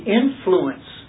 influence